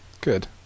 Good